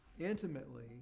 intimately